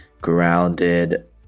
Grounded